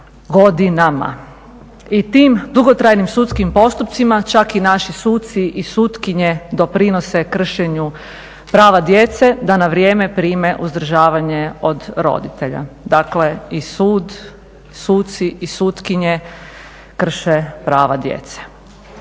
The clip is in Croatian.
godinama. I tim dugotrajnim sudskim postupcima čak i naši suci i sutkinje doprinose kršenju prava djece da na vrijeme prime uzdržavanje od roditelja. Dakle i sud, suci i sutkinje krše prava djece.